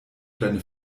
deine